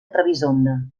trebisonda